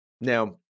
Now